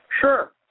Sure